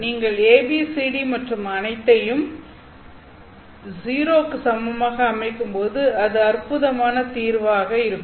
நீங்கள் A B C மற்றும் D அனைத்தையும் 0 க்கு சமமாக அமைக்கும் போது அது அற்பமான தீர்வாக இருக்கும்